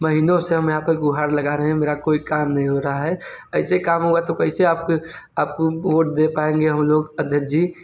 महीनों से हम यहाँ पे गुहार लगा रहे हैं मेरा कोई काम नहीं हो रहा है ऐसे काम होगा तो कैसे आपके आपको वोट दे पाएँगे हम लोग अध्यक्ष जी